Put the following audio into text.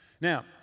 Now